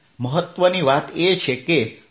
મહત્વની વાત એ છે કે બાઉન્ડ્રી કંડિશનનો અર્થ શું છે